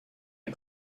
این